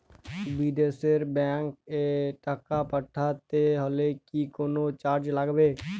বিদেশের ব্যাংক এ টাকা পাঠাতে হলে কি কোনো চার্জ লাগবে?